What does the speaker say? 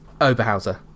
Oberhauser